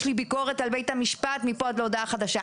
יש לי ביקורת על בית המשפט מפה עד הודעה חדשה,